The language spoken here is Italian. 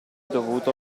dovuto